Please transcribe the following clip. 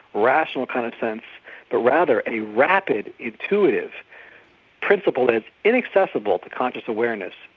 rational kind of sense but rather a rapid, intuitive principle that's inaccessible to conscious awareness,